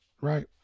right